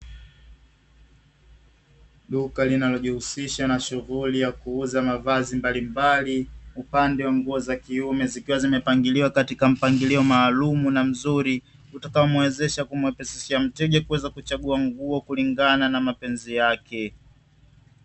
Duka linalojihusisha na shughuli ya kuuza mavazi mbalimbali, upande wa nguo za kiume zikiwa zimepangiliwa katika mpangilio maalumu na mzuri utakaomuwezesha kumwepesishia mteja kuweza kuchagua nguo kulingana na mapenzi yake.